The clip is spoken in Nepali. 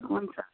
हुन्छ